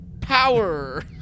power